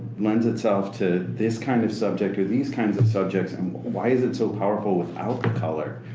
lends itself to this kind of subject or these kinds of subjects and why is it so powerful without the color?